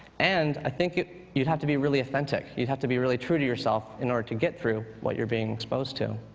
and i think you'd have to be really authentic, you'd have to be really true to yourself in order to get through what you're being exposed to.